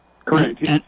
Correct